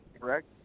correct